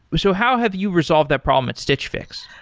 so how have you resolved that problem at stitch fix?